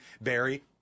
Barry